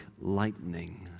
lightning